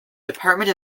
department